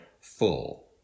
full